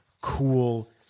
cool